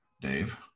Dave